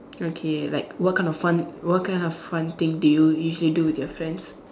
okay like what kind of fun what kind of fun thing do you usually do with your friends